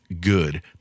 good